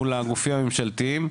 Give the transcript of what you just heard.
מול הגופים הממשלתיים,